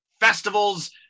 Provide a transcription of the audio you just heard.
festivals